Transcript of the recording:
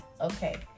Okay